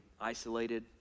isolated